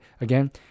Again